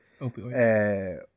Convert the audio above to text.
opioids